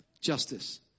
Justice